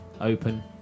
open